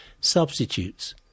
Substitutes